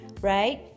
Right